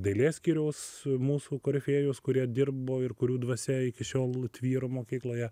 dailės skyriaus mūsų korifėjus kurie dirbo ir kurių dvasia iki šiol tvyro mokykloje